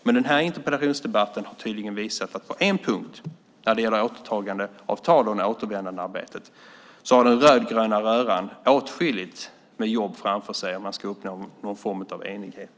Men den här interpellationsdebatten har tydligt visat att på en punkt, när det gäller återtagandeavtal och återvändandearbetet, har den rödgröna röran åtskilligt med jobb framför sig om man ska uppnå någon form av enighet.